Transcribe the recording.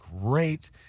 great